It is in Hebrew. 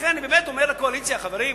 לכן אני באמת אומר לקואליציה: חברים,